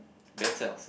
better ourselves